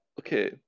okay